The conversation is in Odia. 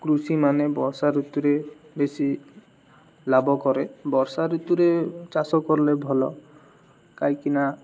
କୃଷିମାନେ ବର୍ଷା ଋତୁରେ ବେଶୀ ଲାଭ କରେ ବର୍ଷା ଋତୁରେ ଚାଷ କଲେ ଭଲ କାହିଁକିନା